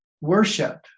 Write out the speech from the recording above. worship